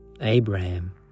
Abraham